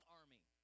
army